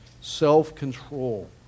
Self-control